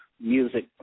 music